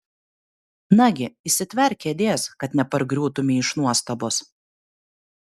nagi įsitverk kėdės kad nepargriūtumei iš nuostabos